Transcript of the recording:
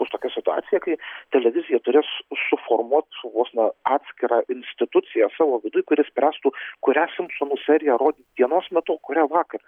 už tokią situaciją kai televizija turės suformuot vos ne atskirą instituciją savo viduj kuri spręstų kurią simpsonų seriją rodyt dienos metu o kurią vakar